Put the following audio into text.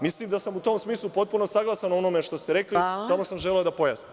Mislim da sam u tom smislu potpuno saglasan onome što ste rekli, samo sam želeo da pojasnim.